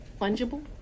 fungible